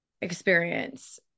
experience